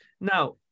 Now